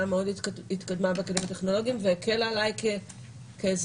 מאוד התקדמה בכלים הטכנולוגיים והקלה עלי כאזרחית.